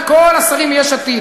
וכל השרים מיש עתיד,